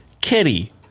kitty